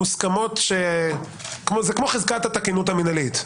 מוסכמות, זה כמו חזקת התקינות המינהלית.